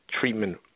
treatment